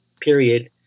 period